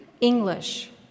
English